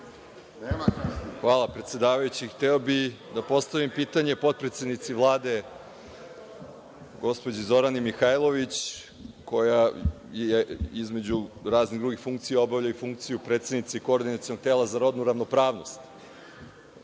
Hvala, predsedavajući. Hteo bih da postavim pitanje potpredsednici Vlade, gospođi Zorani Mihajlović, koja pored raznih drugih funkcija obavlja i funkciju predsednice Koordinacionog tela za rodnu ravnopravnost.